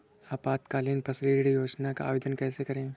अल्पकालीन फसली ऋण योजना का आवेदन कैसे करें?